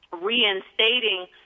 reinstating